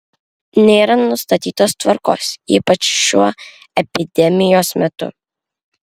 nėra nustatytos tvarkos ypač šiuo epidemijos metu